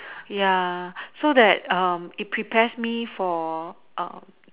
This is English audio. ya so that um it prepares me for um